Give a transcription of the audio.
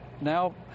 now